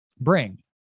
bring